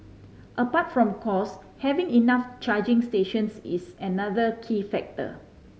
apart from cost having enough charging stations is another key factor